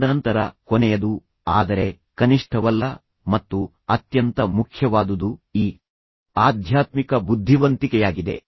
ತದನಂತರ ಕೊನೆಯದು ಆದರೆ ಕನಿಷ್ಠವಲ್ಲ ಮತ್ತು ಅತ್ಯಂತ ಮುಖ್ಯವಾದುದು ಈ ಆಧ್ಯಾತ್ಮಿಕ ಬುದ್ಧಿವಂತಿಕೆಯಾಗಿದೆ